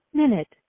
minute